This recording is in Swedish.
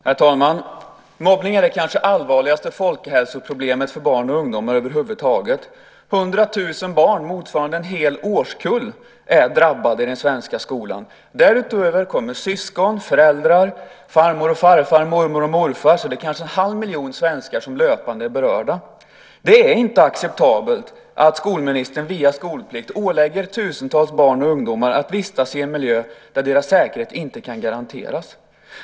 Herr talman! Mobbning är kanske det allvarligaste folkhälsoproblemet för barn och ungdomar. 100 000 barn, motsvarande en hel årskull, är drabbade i den svenska skolan. Därtill kommer syskon, föräldrar, farmor och farfar, mormor och morfar. Det är kanske en halv miljon svenskar som löpande är berörda. Det är inte acceptabelt att skolministern via skolplikt ålägger tusentals barn och ungdomar att vistas i en miljö där deras säkerhet inte kan garanteras.